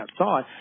outside